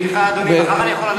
סליחה, אדוני, מחר אני יכול ללכת?